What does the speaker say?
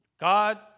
God